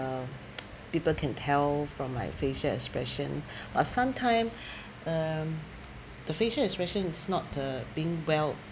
people can tell from my facial expression but sometime um the facial expression is not uh being well